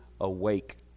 awake